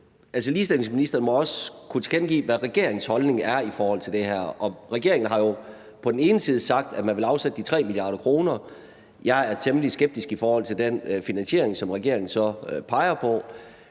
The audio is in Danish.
ligestillingsministeren må også kunne tilkendegive, hvad regeringens holdning er til det her. Regeringen har jo på den ene side sagt, at man vil afsætte 3 mia. kr. – jeg er temmelig skeptisk i forhold til den finansiering, som regeringen så peger på,